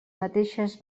mateixes